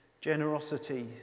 generosity